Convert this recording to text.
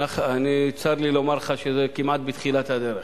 צר לי לומר לך שזה כמעט בתחילת הדרך.